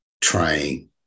trying